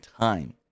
time